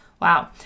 Wow